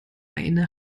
eine